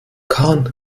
kahn